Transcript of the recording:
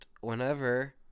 whenever